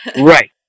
Right